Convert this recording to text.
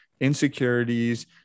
insecurities